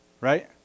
right